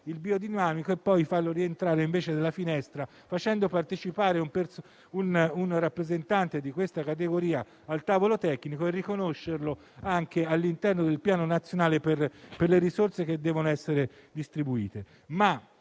il biodinamico e poi farlo rientrare della finestra, facendo partecipare un rappresentante di questa categoria al tavolo tecnico, e riconoscerlo anche all'interno del piano nazionale per le risorse che devono essere distribuite.